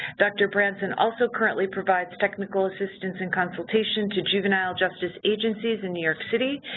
dr. branson also currently provides technical assistance and consultation to juvenile justice agencies in new york city,